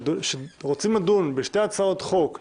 שרוצים לדון בשתי הצעות חוק שונות,